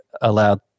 allowed